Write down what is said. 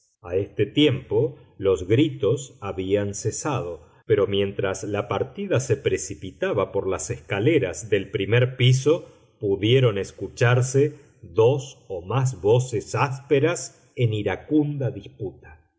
a este tiempo los gritos habían cesado pero mientras la partida se precipitaba por las escaleras del primer piso pudieron escucharse dos o más voces ásperas en iracunda disputa